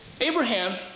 Abraham